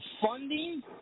funding